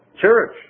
church